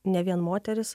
ne vien moterys